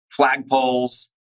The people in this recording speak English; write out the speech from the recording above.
flagpoles